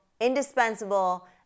indispensable